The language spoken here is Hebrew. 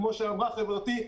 כפי שאמרה חברתי: